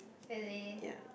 really